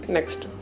Next